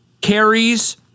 carries